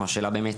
השאלה באמת,